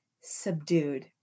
subdued